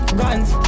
guns